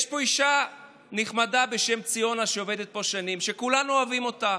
יש פה אישה נחמדה בשם ציונה שעובדת פה שנים שכולנו אוהבים אותה.